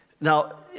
Now